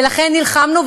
ולכן נלחמנו,